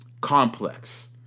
complex